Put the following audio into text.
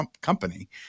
company